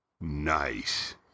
Nice